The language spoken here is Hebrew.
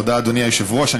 תודה, אדוני היושב-ראש.